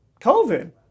COVID